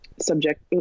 subject